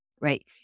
right